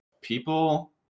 people